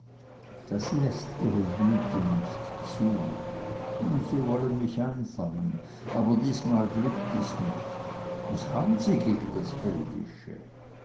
das läßt ihre güte nicht zu sie wollen mich einfangen aber diesmal glückt es nicht was haben sie gegen das